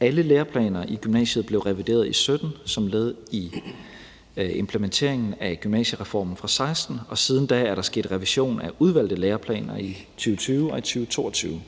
Alle læreplaner i gymnasiet blev revideret i 2017 som led i implementeringen af gymnasiereformen fra 2016, og siden da er der sket revision af udvalgte læreplaner i 2020 og i 2022,